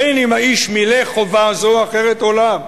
בין אם האיש מילא חובה זו או אחרת או לאו.